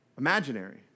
imaginary